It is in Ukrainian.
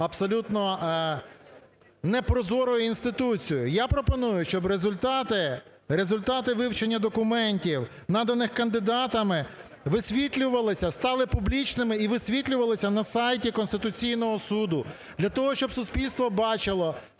абсолютно не прозорою інституцією. Я пропоную, щоб результати, результати вивчення документів, наданих кандидатами, висвітлювалися, стали публічними і висвітлювалися на сайті Конституційного Суду для того, щоб суспільство бачило,